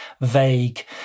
vague